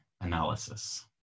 analysis